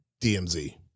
DMZ